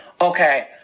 okay